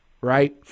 right